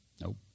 Nope